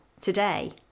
today